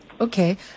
Okay